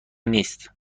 نیست